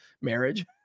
marriage